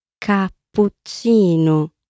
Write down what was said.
Cappuccino